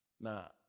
Now